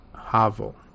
Havel